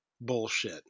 bullshit